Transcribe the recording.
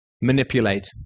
manipulate